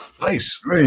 Nice